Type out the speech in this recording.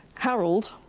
harold